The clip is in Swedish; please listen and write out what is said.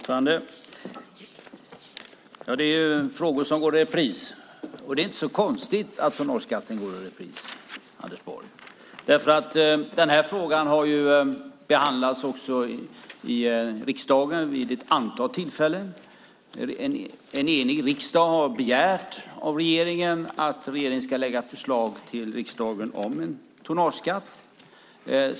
Fru talman! Det finns frågor som går i repris. Det är inte så konstigt att tonnageskatten går i repris, Anders Borg. Frågan har behandlats i riksdagen vid ett antal tillfällen. En enig riksdag har begärt att regeringen ska lägga fram ett förslag till riksdagen om tonnageskatt.